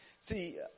see